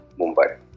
Mumbai